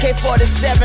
AK-47